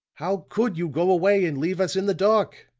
how could you go away and leave us in the dark?